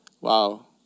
Wow